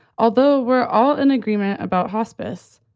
although we're all in agreement about hospice.